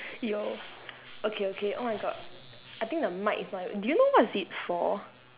yo okay okay oh my god I think the mic is not even do you know what is it for